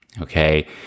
Okay